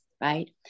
right